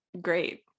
great